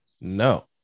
No